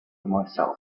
myself